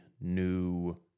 new